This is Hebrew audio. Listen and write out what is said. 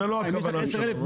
זו לא הכוונה שלנו.